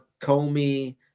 comey